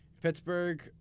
Pittsburgh